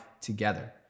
together